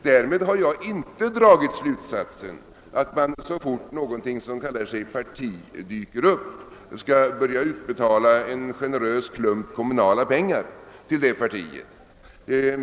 Därmed har jag inte dragit slutsatsen att man, så fort någonting som kallar sig parti dyker upp, skall börja utbetala en generös klump kommunala pengar till det partiet.